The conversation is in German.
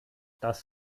das